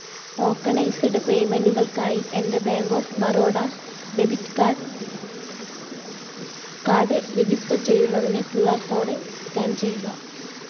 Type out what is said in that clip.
tokenised പേയ്മെന്റ്റുകൾക്കായി എൻ്റെ bank of Baroda debit card card register ചെയ്യുന്നതിന് ക്യൂ ആര് കോഡ് സ്കാൻ ചെയ്യുക